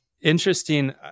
interesting